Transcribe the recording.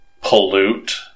pollute